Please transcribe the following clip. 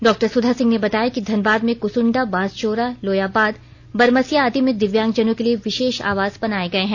doctor Sudha Singh ने बताया कि धनबाद में कुसुंडा बांसजोरा लोयाबाद बरमसिया आदि में दिव्यांग जनों के लिए विशेष आवास बनाए गए हैं